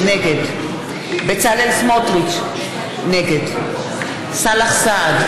נגד בצלאל סמוטריץ, נגד סאלח סעד,